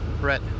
Brett